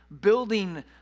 building